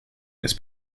this